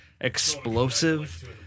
explosive